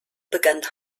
begann